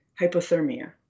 hypothermia